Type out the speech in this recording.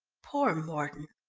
poor mordon.